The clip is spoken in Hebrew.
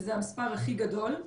שזה המספר הכי גדול.